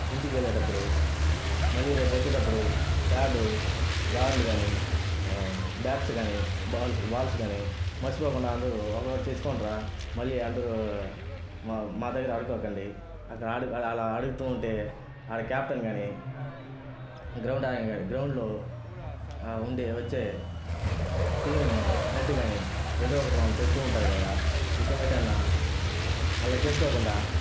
ఇంటికి వెళ్లేటప్పుడు మళ్లీ రేపు వచ్చేటప్పుడు ఫ్యాడు గాడ్లు గాని బ్యాట్స్ కాని బాల్ బాల్స్ కాని మర్చిపోకుండా అందరూ ఒక్కొక్కటి తెచ్చుకోండిరా మళ్లీ అందరూ మా మా దగ్గర అడుక్కోకండి అక్కడ అలా అడుగుతూ ఉంటే అడా కెప్టెన్ కాని గ్రౌండ్ అనగా గ్రౌండ్లో ఉండే వచ్చే టీం హెడ్ కానీ ఏదో ఒకటి మమ్మల్ని తిడుతూ ఉంటాడు కదారా ఇకమీదట అన్న అలా చేసుకోకుండా